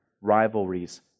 rivalries